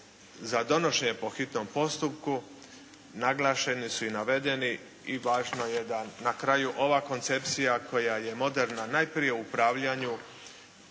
za donošenje po hitnom postupku naglašeni su i navedeni i važno je da na kraju ova koncepcija koja je modernija najprije u upravljanju